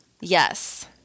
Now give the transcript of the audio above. Yes